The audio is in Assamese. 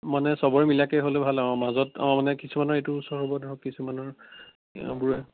মানে চবৰে মিলাকৈ হ'লে ভাল আৰু মাজত অ' মানে কিছুমানৰ এইটো ওচৰ হ'ব ধৰক কিছুমানৰ